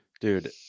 Dude